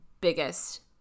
biggest